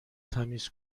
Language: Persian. تمیز